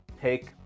take